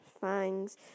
fangs